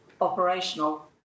operational